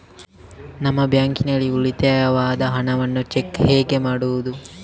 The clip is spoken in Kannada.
ನಮ್ಮ ಬ್ಯಾಂಕ್ ನಲ್ಲಿ ಉಳಿತಾಯದ ಹಣವನ್ನು ಚೆಕ್ ಹೇಗೆ ಮಾಡುವುದು?